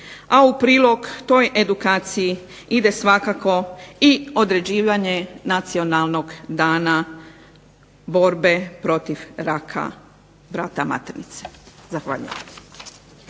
a u prilog toj edukaciji ide svakako i određivanje Nacionalnog dana borbe protiv raka vrata maternice. Zahvaljujem.